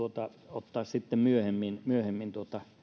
ottaa sitten myöhemmin myöhemmin